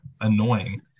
annoying